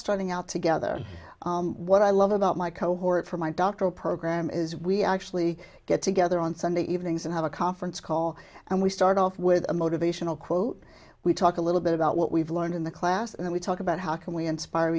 starting out together what i love about my cohort for my doctoral program is we actually get together on sunday evenings and have a conference call and we start off with a motivational quote we talk a little bit about what we've learned in the class and then we talk about how can we inspire